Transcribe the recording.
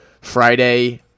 Friday